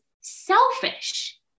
selfish